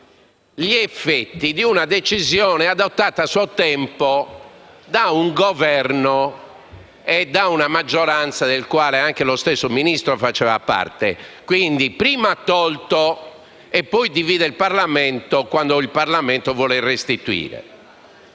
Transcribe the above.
gli effetti di una decisione adottata a suo tempo da un Governo e da una maggioranza della quale faceva parte lo stesso ministro Alfano. Quindi, egli prima ha tolto e poi divide il Parlamento quando il Parlamento vuole restituire